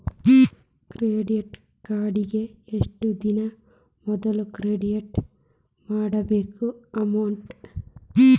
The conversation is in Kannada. ಕ್ರೆಡಿಟ್ ಕಾರ್ಡಿಗಿ ಎಷ್ಟ ದಿನಾ ಮೊದ್ಲ ಕ್ರೆಡಿಟ್ ಮಾಡ್ಬೇಕ್ ಅಮೌಂಟ್ನ